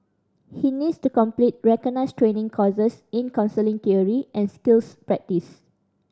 he needs to complete recognised training courses in counselling theory and skills practice